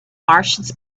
martians